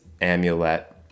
amulet